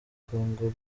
congo